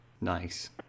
Nice